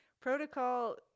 protocol